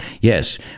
Yes